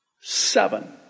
seven